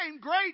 great